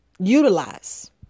utilize